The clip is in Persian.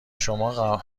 شما